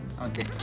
Okay